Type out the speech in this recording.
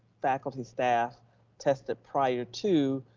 faculty staff tested prior to,